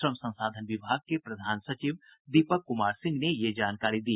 श्रम संसाधन विभाग के प्रधान सचिव दीपक कुमार सिंह ने ये जानकारी दी